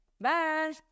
bye